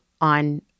on